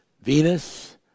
Venus